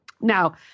Now